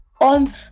On